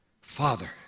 Father